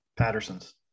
Patterson's